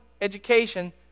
education